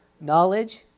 knowledge